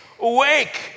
Awake